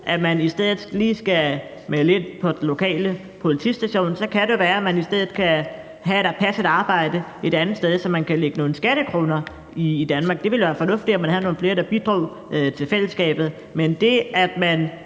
at man i stedet lige skal melde ind på den lokale politistation. Så kan det være, at man i stedet kan passe et arbejde et andet sted, så man kan lægge nogle skattekroner i Danmark. Det ville være fornuftigt, at man havde nogle flere, der bidrog til fællesskabet. Men det, at man